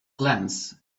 glance